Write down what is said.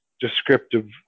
descriptive